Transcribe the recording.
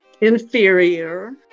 inferior